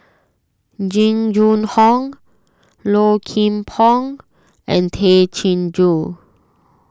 Jing Jun Hong Low Kim Pong and Tay Chin Joo